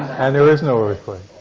and there is no earthquake?